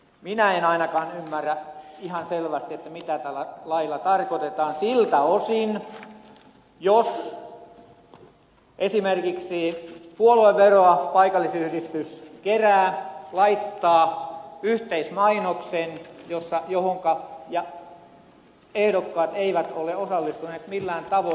minä en ainakaan ymmärrä ihan selvästi mitä tällä lailla tarkoitetaan siltä osin jos esimerkiksi puolueveroa paikallisyhdistys kerää laittaa yhteismainoksen johonka ehdokkaat eivät ole osallistuneet millään tavoin